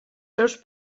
seus